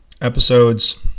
episodes